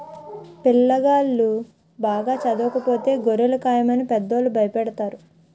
పిల్లాగాళ్ళు బాగా చదవకపోతే గొర్రెలు కాయమని పెద్దోళ్ళు భయపెడతారు